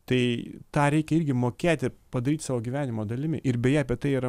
tai tą reikia irgi mokėti padaryti savo gyvenimo dalimi ir beje apie tai yra